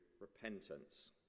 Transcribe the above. repentance